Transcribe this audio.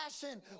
passion